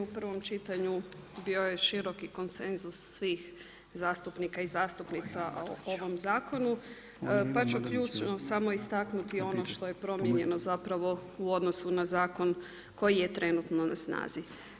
U prvom čitanju bio je široki konsenzus svih zastupnika i zastupnica o ovom zakonu, pa ću ključno samo istaknuti ono što je promijenjeno zapravo u odnosu na zakon koji je trenutno na snazi.